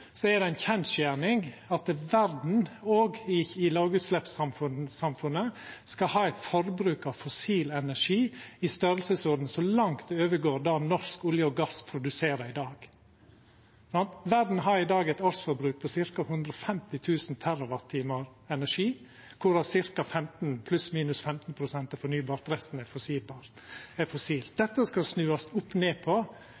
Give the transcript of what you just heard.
er det ei kjensgjerning at verda òg i lågutsleppssamfunnet skal ha eit forbruk av fossil energi i ein storleik som langt overgår det norsk olje og gass produserer i dag. Verda har i dag eit årsforbruk på ca. 150 000 TWh energi, kor pluss/minus 15 pst. er fornybart – resten er fossil. Dette skal ein snu opp-ned på